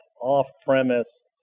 off-premise